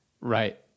Right